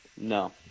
No